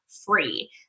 free